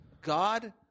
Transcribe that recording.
God